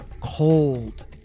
cold